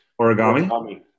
origami